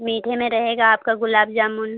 मीठे में रहेगा आपका गुलाब जामुन